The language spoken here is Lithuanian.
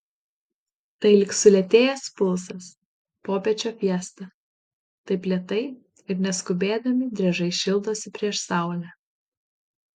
tai lyg sulėtėjęs pulsas popiečio fiesta taip lėtai ir neskubėdami driežai šildosi prieš saulę